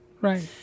Right